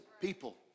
people